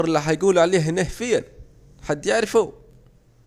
البوليس الي حيجوله عليه اهنه فين، حد يعرفه